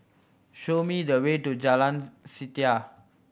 show me the way to Jalan Setia